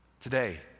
Today